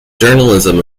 journalism